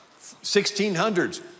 1600s